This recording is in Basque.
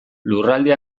lurralde